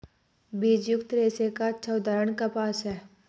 बीजयुक्त रेशे का अच्छा उदाहरण कपास है